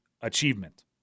achievement